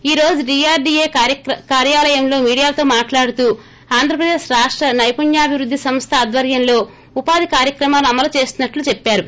ఈ రోజు డీఆర్డీఏ కార్యాలయంలో మీడియాతో మాట్లాడుతూ ఆంధ్రప్రదేశ్ రాష్ట నైపుణ్యాభివృద్ది సంస్ద ఆధ్వర్యంలో ఉపాధి కార్యక్రమాలు అమలు చేస్తున్నట్లు చెప్పారు